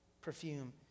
perfume